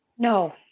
No